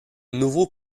nouveau